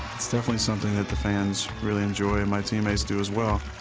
it's definitely something that the fans really enjoy and my teammates do as well.